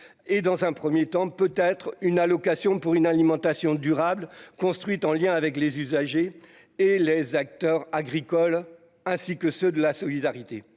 et dans un 1er temps peut être une allocation pour une alimentation durable construite en lien avec les usagers et les acteurs agricoles ainsi que ceux de la solidarité,